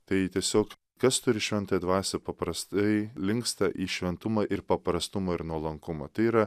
tai tiesiog kas turi šventą dvasią paprastai linksta į šventumą ir paprastumą ir nuolankumą tai yra